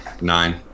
Nine